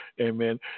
Amen